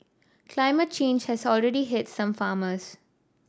climate change has already hit some farmers